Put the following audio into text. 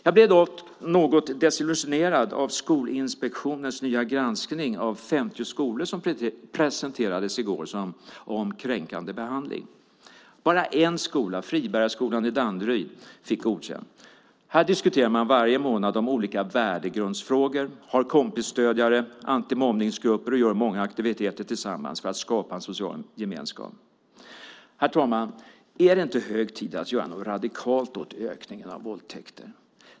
Jag blev dock något desillusionerad av Skolinspektionens nya granskning, som presenterades i går, av 50 skolor vad gäller kränkande behandling. Bara en skola, Fribergaskolan i Danderyd, fick godkänt. Där diskuterar man varje månad olika värdegrundsfrågor, har kompisstödjare och antimobbningsgrupper och gör många aktiviteter tillsammans för att skapa en social gemenskap. Herr talman! Är det inte hög tid att göra något radikalt åt ökningen av våldtäkter?